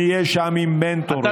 נהיה שם עם מנטורים,